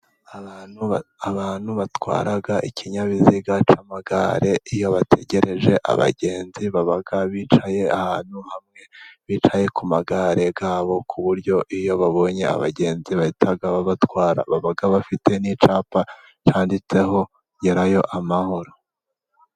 Abantu batwara ikinyabiziga cy'amagare, iyo bategereje abagenzi baba bicaye ahantu hamwe, bicaye ku magare yabo, ku buryo iyo babonye abagenzi bahita batwara, baba bafite n'icyapa cyanditseho gerayo amahoro.